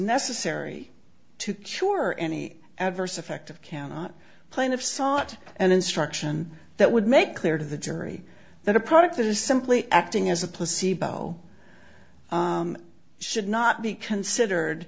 necessary to cure any adverse effect of cannot plaintiff sought an instruction that would make clear to the jury that a product that is simply acting as a placebo should not be considered